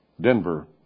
Denver